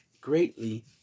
greatly